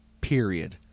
period